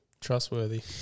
trustworthy